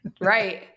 Right